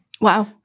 Wow